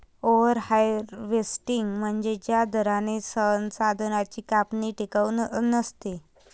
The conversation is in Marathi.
ओव्हर हार्वेस्टिंग म्हणजे ज्या दराने संसाधनांची कापणी टिकाऊ नसते